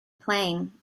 playing